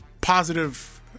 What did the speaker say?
positive